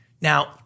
Now